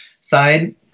side